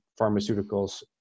pharmaceuticals